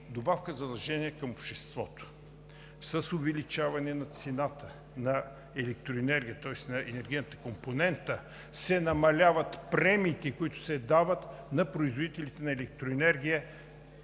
добавка задължение към обществото. С увеличаване на цената на електроенергията, тоест на енергийната компонента, се намаляват премиите, които се дават на производителите на електроенергия,